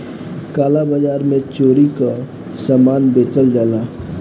काला बाजार में चोरी कअ सामान बेचल जाला